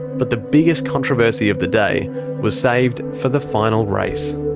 but the biggest controversy of the day was saved for the final race.